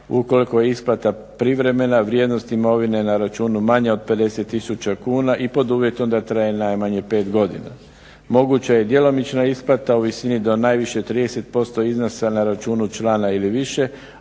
ukoliko je isplata privremena, vrijednost imovine je na računu manja od 50 tisuća kuna i pod uvjetom da traje najmanje pet godina. Moguća je djelomična isplata u visini do najviše 30% iznosa na računu člana ili više